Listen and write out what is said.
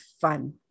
fun